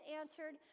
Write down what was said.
answered